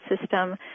system